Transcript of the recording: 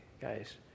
guys